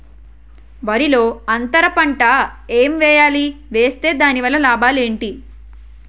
వరిలో అంతర పంట ఎం వేయాలి? వేస్తే దాని వల్ల లాభాలు ఏంటి?